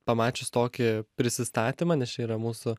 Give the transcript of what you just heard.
pamačius tokį prisistatymą nes čia yra mūsų